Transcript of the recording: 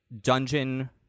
dungeon